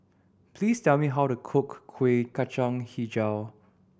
please tell me how to cook Kuih Kacang Hijau